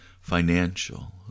financial